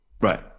right